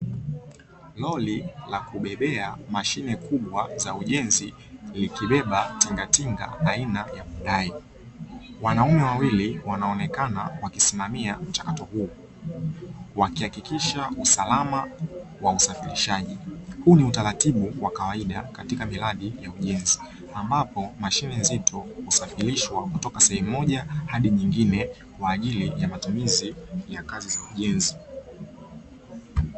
Lori la kubebea mashine kubwa za ujenzi, likibeba tingatinga aina ya Hyundai. Wanaume wawili wanaonekana wakisimamia mchakato huo wa kuhakikisha usalama wa usafirishaji. Huu ni utaratibu wa kawaida katika miradi ya ujenzi, ambapo mashine nzito husafirishwa kutoka sehemu moja hadi nyingine kwa ajili ya matumizi ya kazi za ujenzi.